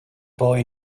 boy